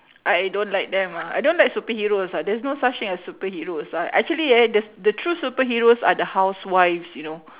I don't like them ah I don't like superheroes ah there are no such thing as superheroes ah actually uh there's the true superheroes are the housewives you know